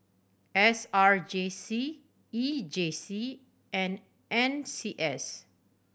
S R J C E J C and N C S